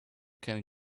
can